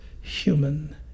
human